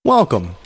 Welcome